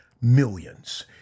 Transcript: millions